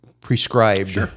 prescribed